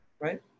Right